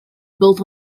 built